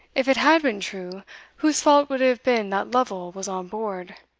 if it had been true whose fault would it have been that lovel was on board?